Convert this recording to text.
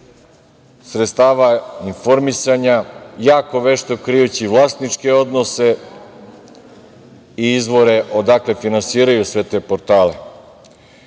sredstava informisanja, jako vešto krijući vlasničke odnose i izvore odakle finansiraju sve te portale. Između